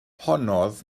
honnodd